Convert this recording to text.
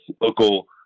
local